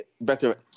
better